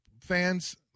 fans